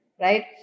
right